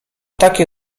takie